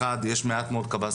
דבר אחד, יש מעט מאוד קב"סים,